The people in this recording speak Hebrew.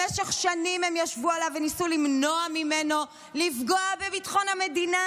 במשך שנים הם ישבו עליו וניסו למנוע ממנו לפגוע בביטחון המדינה.